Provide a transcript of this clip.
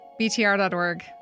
BTR.org